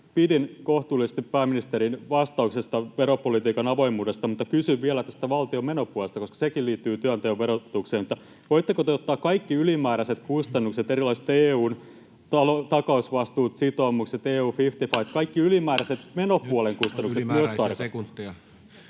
pidin kohtuullisesti pääministerin vastauksesta veropolitiikan avoimuudesta, mutta kysyn vielä tästä valtion menopuolesta, koska sekin liittyy työnteon verotukseen: voitteko te ottaa kaikki ylimääräiset kustannukset, erilaiset EU:n takausvastuut ja sitoumukset, EU:n 55:t, kaikki ylimääräiset menopuolen kustannukset myös tarkasteluun? Nyt on ylimääräisiä sekunteja.